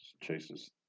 Chase's